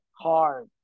hard